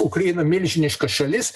ukraina milžiniška šalis